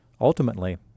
Ultimately